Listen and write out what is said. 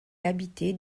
habitée